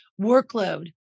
workload